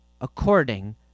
according